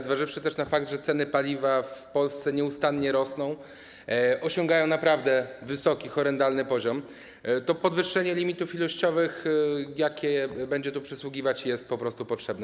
Zważywszy na fakt, że ceny paliwa w Polsce nieustannie rosną, osiągają naprawdę wysoki, horrendalny poziom, podwyższenie limitów ilościowych, jakie będzie tu przysługiwać, jest potrzebne.